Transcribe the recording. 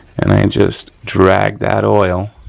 and i just drag that oil